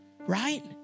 Right